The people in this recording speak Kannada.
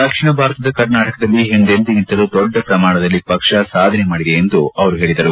ದಕ್ಷಿಣ ಭಾರತದ ಕರ್ನಾಟಕದಲ್ಲಿ ಹಿಂದೆಂದಿಗಿಂತಲೂ ದೊಡ್ಡ ಪ್ರಮಾಣದಲ್ಲಿ ಪಕ್ಷ ಸಾಧನೆ ಮಾಡಿದೆ ಎಂದು ಅವರು ಹೇಳಿದ್ದಾರೆ